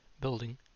building